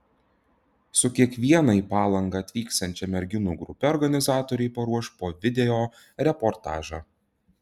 su kiekviena į palangą atvyksiančia merginų grupe organizatoriai paruoš po video reportažą